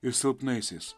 ir silpnaisiais